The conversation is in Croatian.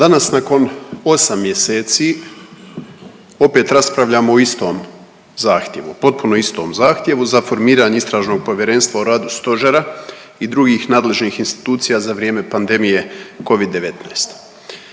Danas nakon 8 mjeseci opet raspravljamo o istom zahtjevu, potpuno istom zahtjevu za formiranje istražnog povjerenstva o radu stožera i drugih nadležnih institucija za vrijeme pandemije Covid-19.